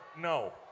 No